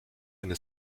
eine